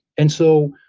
and so,